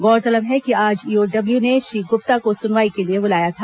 गौरतलब है कि आज ईओडब्ल्यू ने श्री गुप्ता को सुनवाई के लिए बुलाया था